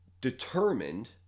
determined